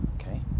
okay